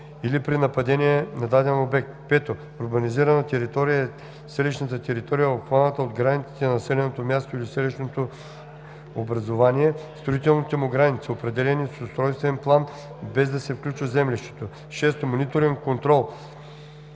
6. „Мониторен контрол“